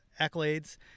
accolades